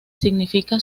significa